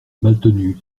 maltenu